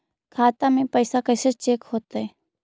खाता में पैसा कैसे चेक हो तै?